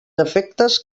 efectes